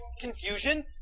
confusion